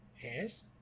Yes